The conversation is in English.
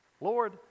Lord